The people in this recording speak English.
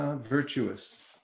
virtuous